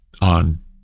on